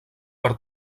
per